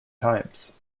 times